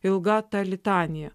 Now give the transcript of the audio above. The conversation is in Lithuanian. ilga litanija